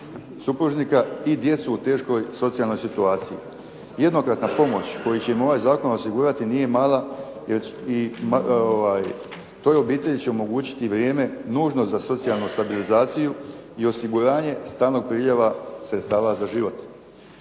supružnika i djecu u teškoj socijalnoj situaciji. Jednokratna pomoć koju će im ovaj zakon osigurati nije mala i toj obitelji će omogućiti vrijeme nužno za socijalnu stabilizaciju i osiguranje stalnog priljeva sredstava za život.